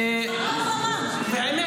באמת,